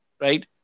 right